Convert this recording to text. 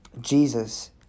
Jesus